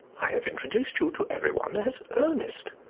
i have introduced you to every one as ernest.